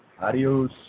Adios